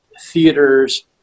theaters